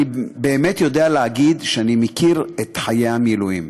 אני באמת יודע להגיד שאני מכיר את חיי המילואים.